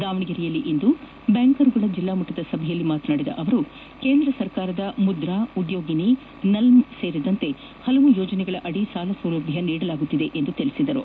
ದಾವಣಗೆರೆಯಲ್ಲಿಂದು ಬ್ಗಾಂಕರ್ಗಳ ಜಿಲ್ಲಾಮಟ್ವದ ಸಭೆಯಲ್ಲಿ ಮಾತನಾಡಿದ ಅವರು ಕೇಂದ್ರ ಸರ್ಕಾರದ ಮುದ್ರಾ ಉದ್ಯೋಗಿನಿ ನಲ್ಮ್ ಸೇರಿದಂತೆ ಹಲವು ಯೋಜನೆಗಳಡಿ ಸಾಲಸೌಲಭ್ಯ ನೀಡಲಾಗುತ್ತಿದೆ ಎಂದು ಹೇಳಿದರು